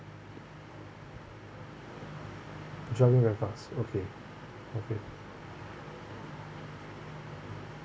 driving records okay okay